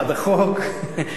בעד החוק,